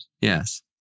Yes